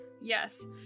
Yes